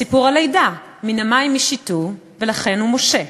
מסיפור הלידה, "מן המים משיתהו", ולכן הוא משה.